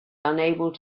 unable